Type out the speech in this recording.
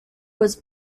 was